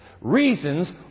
reasons